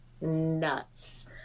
nuts